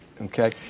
okay